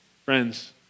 Friends